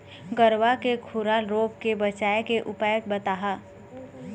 गरवा के खुरा रोग के बचाए के उपाय बताहा?